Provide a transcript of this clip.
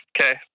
Okay